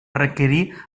requerir